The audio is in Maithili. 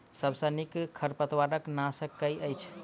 सबसँ नीक खरपतवार नाशक केँ अछि?